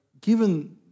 given